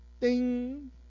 Ding